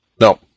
no